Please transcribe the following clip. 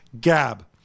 gab